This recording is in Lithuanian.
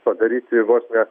padaryti vos ne